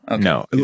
No